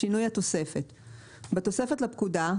שינוי התוספת 1. בתוספת לפקודה,